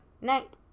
Night